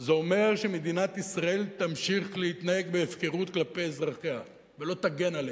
זה אומר שמדינת ישראל תמשיך להתנהג בהפקרות כלפי אזרחיה ולא תגן עליהם,